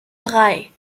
drei